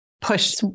push